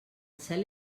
cel